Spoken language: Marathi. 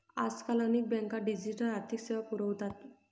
आजकाल अनेक बँका डिजिटल आर्थिक सेवा पुरवतात